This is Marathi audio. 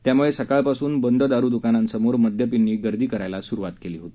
त्याम्ळं सकाळपास्न बंद दारु द्कांनासमोर मद्यपींनी गर्दी करण्यास स्रवात केली होती